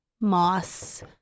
Moss